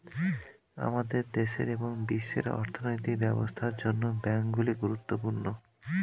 আমাদের দেশের এবং বিশ্বের অর্থনৈতিক ব্যবস্থার জন্য ব্যাংকগুলি গুরুত্বপূর্ণ